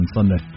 Sunday